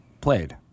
played